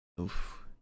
oof